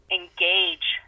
engage